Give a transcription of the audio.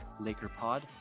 LakerPod